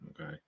okay